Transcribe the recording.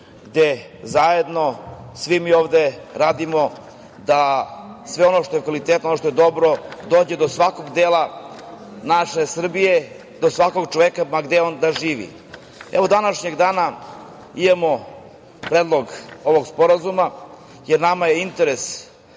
gde zajedno svi mi ovde radimo da sve ono što je kvalitetno, ono što je dobro dođe do svakog dela naše Srbije, do svakog čoveka ma gde on da živi. Današnjeg dana imamo predlog ovog sporazuma, jer nama je interes